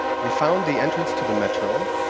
we found the entrance to the metro.